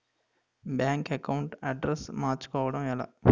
Bank account address మార్చుకోవడం ఎలా?